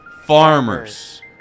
Farmers